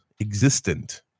existent